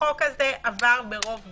החוק הזה עבר ברוב גדול.